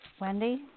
Wendy